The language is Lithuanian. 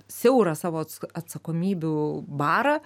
siaurą savo ats atsakomybių barą